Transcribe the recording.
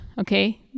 okay